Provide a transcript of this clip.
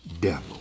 devil